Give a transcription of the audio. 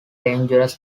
dangerous